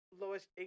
lowest